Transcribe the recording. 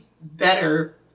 better